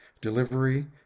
delivery